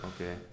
Okay